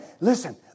listen